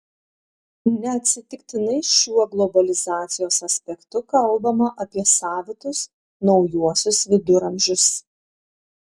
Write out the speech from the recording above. neatsitiktinai šiuo globalizacijos aspektu kalbama apie savitus naujuosius viduramžius